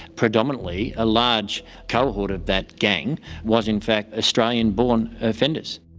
predominantly, a large cohort of that gang was in fact australian-born offenders.